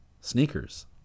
sneakers